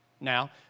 Now